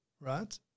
right